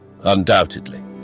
Undoubtedly